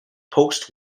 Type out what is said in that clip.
post